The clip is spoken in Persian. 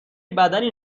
بدنی